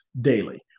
daily